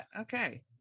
Okay